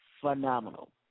phenomenal